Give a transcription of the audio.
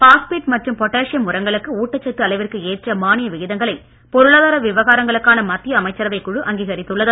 phosphate மற்றும் potassium உரங்களுக்கு ஊட்டச்சத்து மானிய விகிதங்களை பொருளாதார அளவிற்கு விவகாரங்களுக்கான மத்திய அமைச்சரவைக் குழு அங்கீகரித்துள்ளது